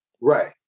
Right